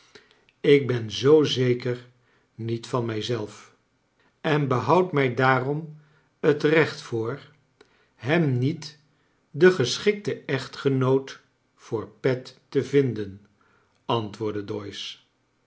ik ben zoo zeker niet van mij zelf en behoud mij daarom het recht voor hem niet den geschikten echtgenoot voor pet te vinden antwoordde